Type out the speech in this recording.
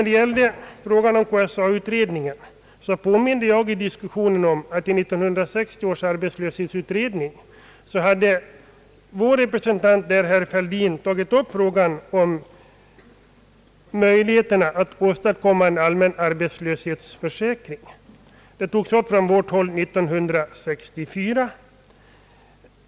Beträffande KSA-utredningen har jag påmint om att i 1960 års arbetslöshetsutredning tog vår representant, herr Fälldin, upp frågan om möjligheterna att åstadkomma en allmän arbetslöshetsförsäkring. Och år 1964 hade vi partimotion i denna fråga.